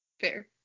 Fair